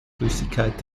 flüssigkeit